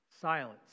Silence